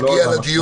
ואני מבקש מהחברים,